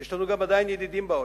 עדיין יש לנו גם ידידים בעולם.